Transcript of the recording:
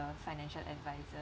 a financial advisor